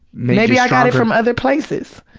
maybe i got it from other places.